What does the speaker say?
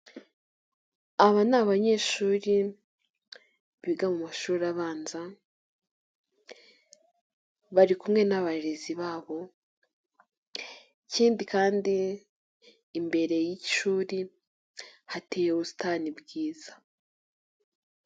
Aba ni abanyeshuri biga mu mashuri abanza, bari kumwe n'abarezi babo, ikindi kandi imbere y'ishuri hateye ubutani bwiza.